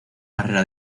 barrera